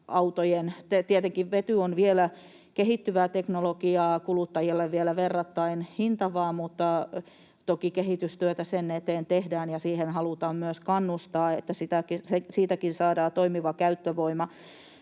Tietenkin vety on vielä kehittyvää teknologiaa, kuluttajille vielä verrattain hintavaa, mutta toki kehitystyötä sen eteen tehdään, ja siihen halutaan myös kannustaa, että siitäkin saadaan toimiva käyttövoima.